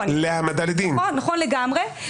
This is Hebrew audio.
--- נכון, נכון לגמרי.